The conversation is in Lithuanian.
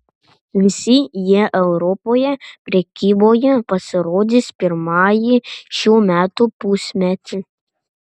visi jie europoje prekyboje pasirodys pirmąjį šių metų pusmetį